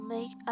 Make